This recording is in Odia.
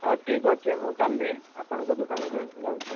ହଉ ଠିକ୍ଅଛି ମୁଁ କାଲି ଆପଣଙ୍କ ଦୋକାନକୁ ଯାଉଛି